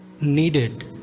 needed